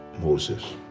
Moses